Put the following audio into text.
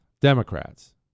Democrats